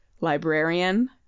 librarian